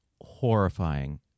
horrifying